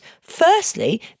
firstly